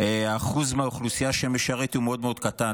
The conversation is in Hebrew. האחוז מהאוכלוסייה שמשרת הוא מאוד מאוד קטן,